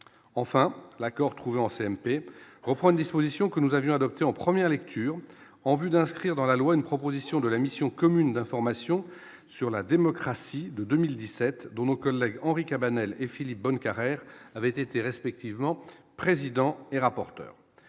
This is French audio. enfin l'Accord trouvé en CMP reprend une disposition que nous avions adopté en 1ère lecture en vue d'inscrire dans la loi une proposition de la mission commune d'information sur la démocratie de 2017 au collège Henri Cabanel et Philippe Bohn Carrère avaient été respectivement président et rapporteur,